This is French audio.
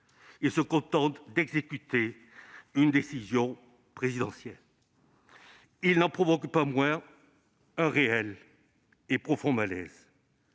Il se limite à l'exécution d'une décision présidentielle. Il n'en provoque pas moins un réel et profond malaise